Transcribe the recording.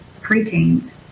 preteens